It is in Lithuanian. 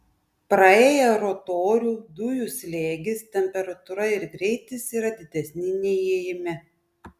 praėję rotorių dujų slėgis temperatūra ir greitis yra didesni nei įėjime